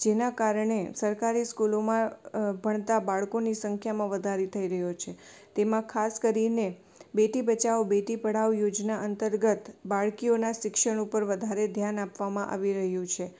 જેના કારણે સરકારી સ્કૂલોમાં અ ભણતાં બાળકોની સંખ્યામાં વધારી થઇ રહ્યો છે તેમાં ખાસ કરીને બેટી બચાવો બેટી પઢાવો યોજના અંતર્ગત બાળકીઓના શિક્ષણ ઉપર વધારે ધ્યાન આપવામાં આવી રહ્યું છે